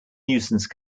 nuisance